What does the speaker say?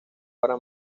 para